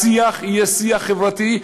השיח יהיה שיח חברתי.